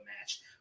match